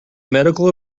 medical